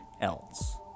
else